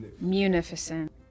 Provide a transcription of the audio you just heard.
Munificent